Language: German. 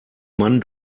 mann